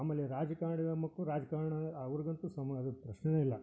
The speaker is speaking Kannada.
ಆಮೇಲೆ ರಾಜಕಾರ್ಣಿಯ ಮಕ್ಕಳು ರಾಜಕಾರ್ಣ ಅವ್ರಿಗಂತೂ ಸಮ ಆಗದ ಪ್ರಶ್ನೆನೇ ಇಲ್ಲ